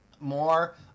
more